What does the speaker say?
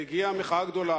והגיעה מחאה גדולה,